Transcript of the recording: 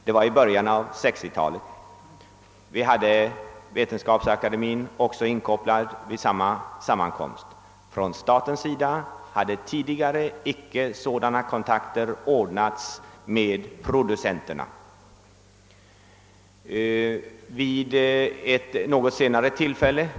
Det var i början av 1960 talet, och Vetenskapsakademien var också inkopplad vid denna sammankomst. Från statens sida hade sådana kontakter med producenterna tidigare icke tagits.